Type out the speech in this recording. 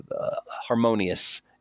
harmonious